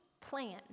plan